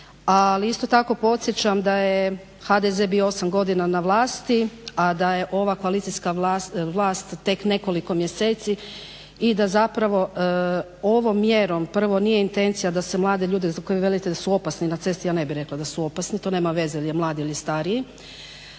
ali isto tako podsjećam da je HDZ bio 8 godina na vlasti, a da je ova koalicijska vlast tek nekoliko mjeseci i da zapravo ovom mjerom prvo nije intencija da se mlade ljude za koje vi velite da su opasni na cesti, ja ne bih rekla da su opasni, to nema veze jel mladi ili stariji,